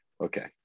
Okay